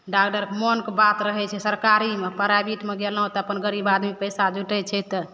डाकटरके मोनके बात रहै छै सरकारीमे प्राइवेटमे गेलहुँ तऽ अपन गरीब आदमी पइसा जुटै छै तऽ